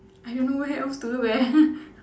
I don't know where else to look eh